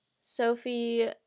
Sophie